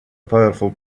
powerful